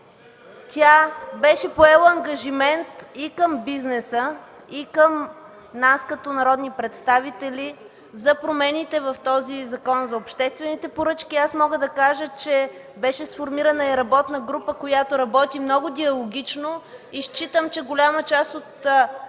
тя беше поела ангажимент и към бизнеса, и към нас като народни представители за промените в този Закон за обществените поръчки. Аз мога да кажа, че беше сформирана и работна група, която работи много диалогично. Считам, че голяма част от